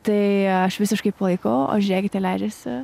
tai aš visiškai palaikau o žiūrėkite leidžiasi